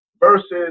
versus